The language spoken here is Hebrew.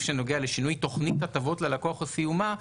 שנוגע לשינוי תוכנית הטבות ללקוח או סיומה,